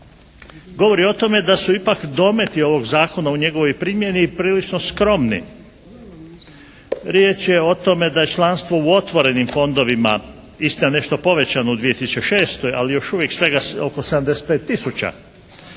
govori o tome da su ipak dometi ovog zakona u njegovoj primjeni prilično skromni. Riječ je o tome da je članstvo u otvorenim fondovima, istina nešto povećano u 2006. ali još uvijek svega oko 75